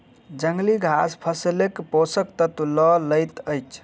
जंगली घास फसीलक पोषक तत्व लअ लैत अछि